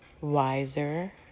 wiser